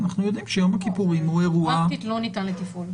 אנחנו יודעים שיום הכיפורים הוא אירוע --- פרקטית הוא לא ניתן לתפעול.